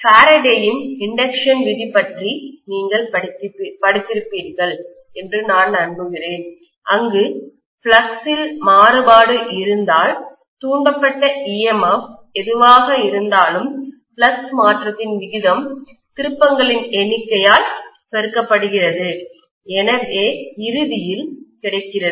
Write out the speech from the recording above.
ஃபாரடேயின் இண்டக்க்ஷன் விதி பற்றி நீங்கள் படித்திருப்பீர்கள் என்று நான் நம்புகிறேன் அங்கு ஃப்ளக்ஸில் மாறுபாடு இருந்தால் தூண்டப்பட்ட EMF எதுவாக இருந்தாலும் ஃப்ளக்ஸ் மாற்றத்தின் விகிதம் திருப்பங்களின் எண்ணிக்கையால் பெருக்கப்படுகிறது எனக்கு இறுதியில் கிடைக்கிறது